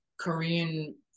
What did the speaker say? Korean